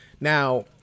now